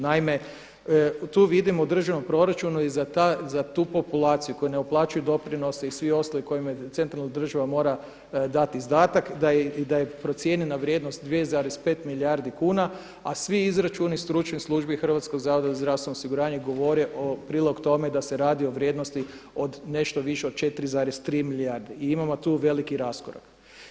Naime, tu vidimo u državnom proračunu je za tu populaciju koji ne uplaćuju doprinose i svi ostali kojima centralna država mora dati izdatak da je procijene na vrijednost 2,5 milijardi kuna, a svi izračuni stručnih službi Hrvatskog zavoda za zdravstveno osiguranje govore o prilog tome da se radi o vrijednosti od nešto više od 4,3 milijarde i imamo tu veliki raskorak.